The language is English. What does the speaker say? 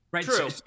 True